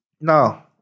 No